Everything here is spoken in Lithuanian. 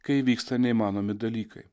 kai įvyksta neįmanomi dalykai